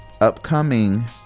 upcoming